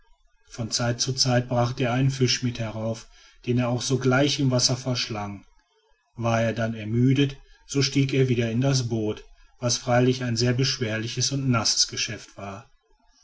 von zeit zu zeit brachte er einen fisch mit herauf den er auch sogleich im wasser verschlang war er dann ermüdet so stieg er wieder in das boot was freilich ein sehr beschwerliches und nasses geschäft war